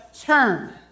turn